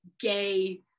gay